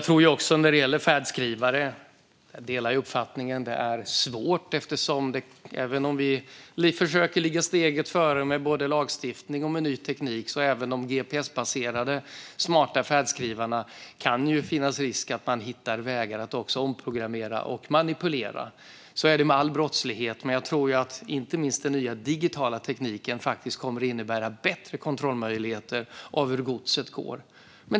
När det gäller färdskrivare delar jag uppfattningen att det är svårt. Vi försöker ligga steget före med både lagstiftning och ny teknik. Men även när det gäller de gps-baserade smarta färdskrivarna kan det finnas risk att man hittar vägar att omprogrammera och manipulera. Så är det med all brottslighet. Men jag tror att inte minst den nya digitala tekniken faktiskt kommer att innebära bättre möjligheter att kontrollera hur godset går.